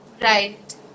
Right